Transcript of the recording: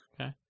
Okay